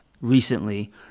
recently